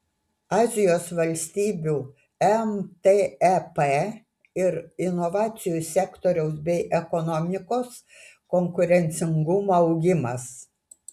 azijos valstybių mtep ir inovacijų sektoriaus bei ekonomikos konkurencingumo augimas